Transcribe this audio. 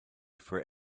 for